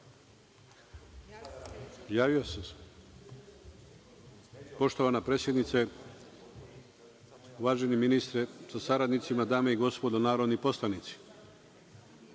Stević** Poštovana predsednice, uvaženi ministre sa saradnicima, dame i gospodo narodni poslanici,